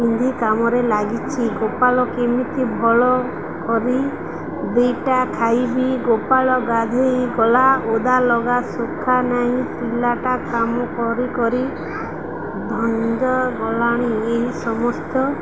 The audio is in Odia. ପିନ୍ଧି କାମରେ ଲାଗିଛି ଗୋପାଳ କେମିତି ଭଳ କରି ଦିଟା ଖାଇବି ଗୋପାଳ ଗାଧେଇ ଗଲା ଓଦା ଲଗା ଶୁଖା ନାଇଁ ପିଲାଟା କାମ କରି କରି ଧଜ ଗଲାଣି ଏହି ସମସ୍ତ